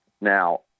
Now